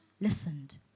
listened